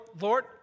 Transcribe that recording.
Lord